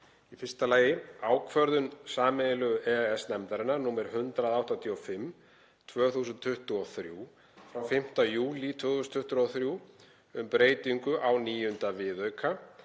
Í fyrsta lagi ákvörðun sameiginlegu EES-nefndarinnar nr. 185/2023 frá 5. júlí 2023, um breytingu á IX. viðauka